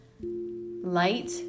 light